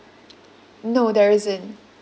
no there isn't